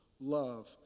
love